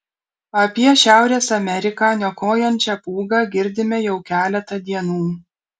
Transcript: apie šiaurės ameriką niokojančią pūgą girdime jau keletą dienų